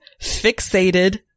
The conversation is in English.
fixated